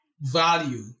value